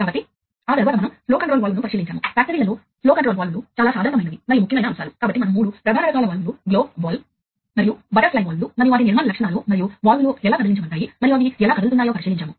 కానీ ఈ వైర్లు డేటా కేబుల్స్ అవి ఖరీదైనవి మాత్రమే కాదు అవి కూడా వేయాలి వ్యవస్థాపించిన కమిషన్ ఏర్పాటు చేయాలి మరియు వాటిని సరిగ్గా నిర్వహించాలి